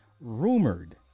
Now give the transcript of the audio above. rumored